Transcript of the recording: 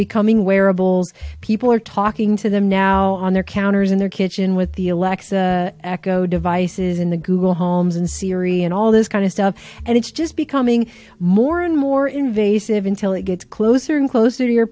wearables people are talking to them now on their counters in their kitchen with the alexa echo devices in the google homes and siri and all those kind of stuff and it's just becoming more and more invasive until it gets closer and closer to your